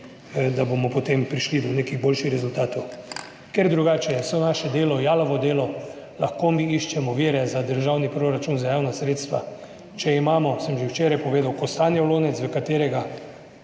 da bomo potem prišli do nekih boljših rezultatov, ker drugače so naše delo, jalovo delo, lahko mi iščemo vire za državni proračun za javna sredstva. Če imamo, sem že včeraj povedal, kostanjev lonec, v katerega